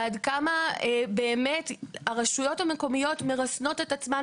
ועד כמה באמת הרשויות המקומיות מרסנות את עצמן,